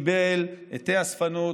קיבל עטי אספנות.